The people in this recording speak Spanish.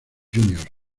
juniors